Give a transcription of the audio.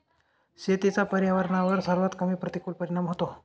शेतीचा पर्यावरणावर सर्वात कमी प्रतिकूल परिणाम होतो